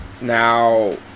Now